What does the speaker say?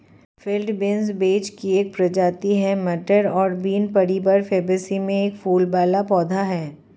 field beans वेच की एक प्रजाति है, मटर और बीन परिवार फैबेसी में एक फूल वाला पौधा है